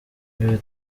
ibi